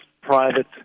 private